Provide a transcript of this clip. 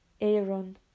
Aaron